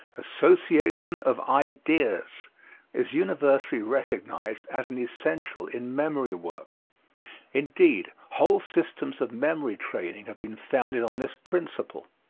association of ideas is universally recognized as an essential in memory work indeed, whole systems of memory training have been founded on this principle.